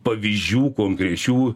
pavyzdžių konkrečių